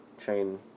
chain